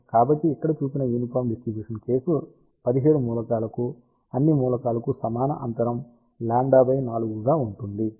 కాబట్టి ఇక్కడ చూపిన యూనిఫాం డిస్ట్రిబ్యూషన్ కేసు 17 మూలకాలకు అన్ని మూలకాలకు సమాన అంతరం λ4 గా ఉంటుంది